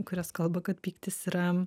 kurios kalba kad pyktis yra